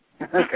Okay